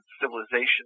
civilization